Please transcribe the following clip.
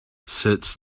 sits